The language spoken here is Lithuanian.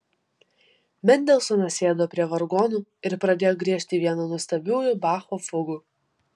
mendelsonas sėdo prie vargonų ir pradėjo griežti vieną nuostabiųjų bacho fugų